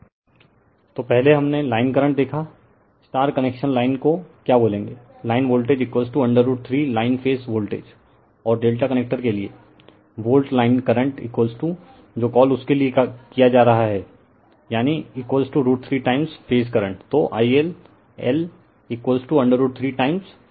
refer slide time 1221 तो पहले हमने लाइन करंट देखा कनेक्शन लाइन को क्या बोलेंगे लाइन वोल्टेज√3 लाइन फेज वोल्टेज और ∆ कनेक्टर के लिए वोल्ट लाइन करंट जो कॉल उस के लिए जा रहा हैं यानी √ 3 टाइम फेज करंट तो ILL√3 टाइम फेज करंट हैं